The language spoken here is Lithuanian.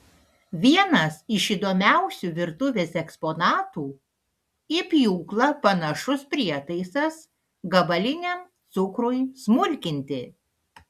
vienas iš įdomiausių virtuvės eksponatų į pjūklą panašus prietaisas gabaliniam cukrui smulkinti